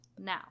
Now